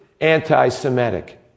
anti-Semitic